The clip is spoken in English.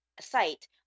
site